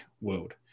world